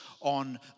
on